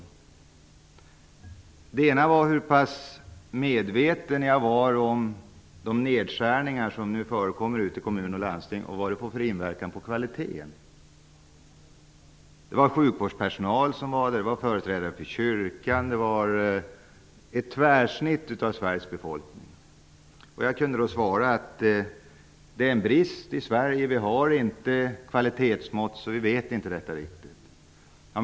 För det första gällde frågorna hur pass medveten jag var om de nedskärningar som nu förekommer i kommuner och landsting och vilken inverkan de får på kvaliteten. Det var sjukvårdspersonal som var där, det var företrädare för kyrkan, det var ett tvärsnitt av Sveriges befolkning. Jag kunde då svara att det är en brist i Sverige att vi inte har kvalitetsmått, så vi vet inte svaret på detta i dag.